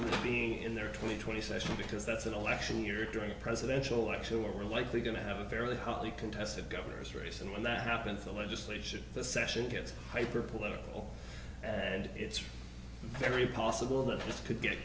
with being in their twenty twenty session because that's an election year during a presidential election where we're likely going to have a fairly hotly contested governor's race and when that happens the legislation session gets hyper political and it's very possible that this could get